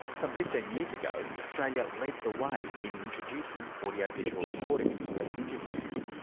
some fifteen years ago australia led the way in introducing audio-visual recording of police interviews.